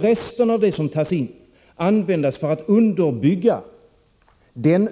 Resten av det som tas in skall användas för att underbygga den